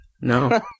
No